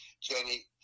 Jenny